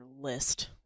list